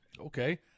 Okay